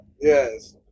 Yes